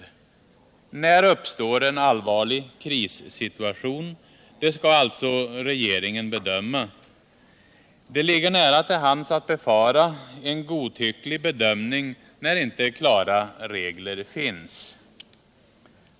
När uppstår en allvarlig krissituation? Det skall alltså regeringen bedöma. Det ligger nära till hands att befara en godtycklig bedömning när inte klara regler finns.